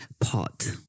pot